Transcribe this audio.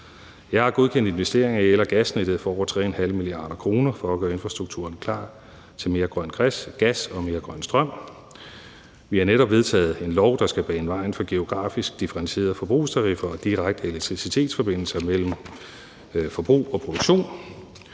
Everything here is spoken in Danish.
Vi har godkendt investeringer i el- og gasnettet for over 3,5 mia. kr. for at gøre infrastrukturen klar til mere grøn gas og mere grøn strøm. Vi har netop vedtaget en lov, der skal bane vejen for geografisk differentieret forbrug, så vi får direkte elektricitetsforbindelser mellem forbrug og produktion.